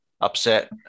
upset